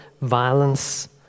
violence